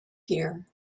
here